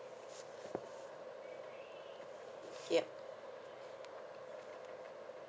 yup